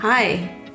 Hi